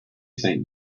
think